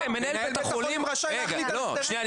מנהל בית החולים רשאי ל --- חבר'ה,